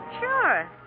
Sure